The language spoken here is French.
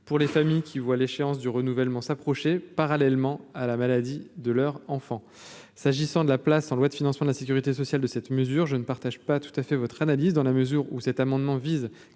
pour les familles qui voit l'échéance du renouvellement s'approcher, parallèlement à la maladie de leur enfant, s'agissant de la place en loi de financement de la Sécurité sociale de cette mesure, je ne partage pas tout à fait votre analyse, dans la mesure où cet amendement vise